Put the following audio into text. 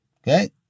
Okay